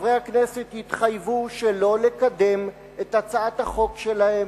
חברי הכנסת התחייבו שלא לקדם את הצעת החוק שלהם,